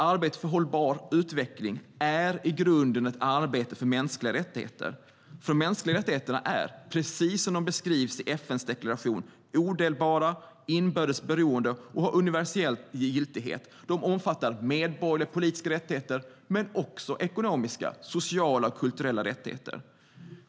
Arbetet för hållbar utveckling är i grunden ett arbete för mänskliga rättigheter. För de mänskliga rättigheterna är, precis som de beskrivs i FN:s deklaration, odelbara och inbördes beroende och har universell giltighet. De omfattar medborgerliga och politiska rättigheter men också ekonomiska, sociala och kulturella rättigheter.